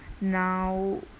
Now